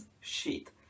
sheet